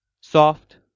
soft